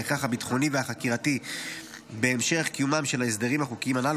וההכרח הביטחוני והחקירתי בהמשך קיומם של ההסדרים החוקיים הנ"ל,